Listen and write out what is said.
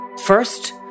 First